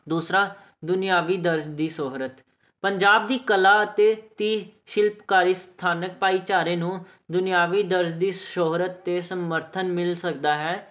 ਦੂਸਰਾ ਦੁਨਿਆਵੀ ਦਰਜ਼ ਦੀ ਸ਼ੋਹਰਤ ਪੰਜਾਬ ਦੀ ਕਲਾ ਅਤੇ ਤੀਹ ਸ਼ਿਲਪਕਾਰੀ ਸਥਾਨਕ ਭਾਈਚਾਰੇ ਨੂੰ ਦੁਨਿਆਵੀ ਦਰਜ਼ ਦੀ ਸ਼ੋਹਰਤ 'ਤੇ ਸਮਰਥਨ ਮਿਲ ਸਕਦਾ ਹੈ